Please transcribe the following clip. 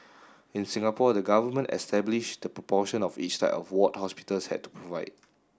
in Singapore the government established the proportion of each type of ward hospitals had to provide